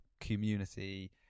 community